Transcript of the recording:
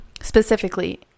specifically